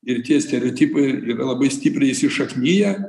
ir tie stereotipai yra labai stipriai įsišakniję